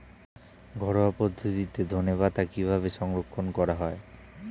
ঘরোয়া পদ্ধতিতে ধনেপাতা কিভাবে সংরক্ষণ করা হয়?